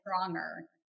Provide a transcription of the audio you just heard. stronger